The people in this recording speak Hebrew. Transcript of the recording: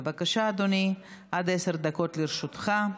בבקשה, אדוני, עד עשר דקות לרשותך.